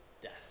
death